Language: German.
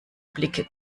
blicke